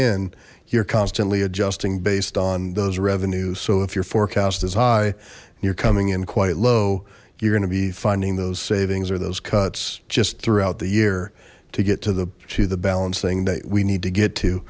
in you're constantly adjusting based on those revenues so if your forecast is high you're coming in quite low you're gonna be finding those savings or those cuts just throughout the year to get to the to the balancing that we need to get to